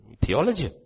theology